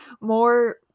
more